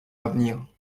avenir